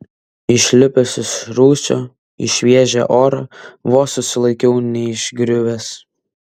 išlipęs iš rūsio į šviežią orą vos susilaikiau neišgriuvęs